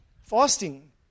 Fasting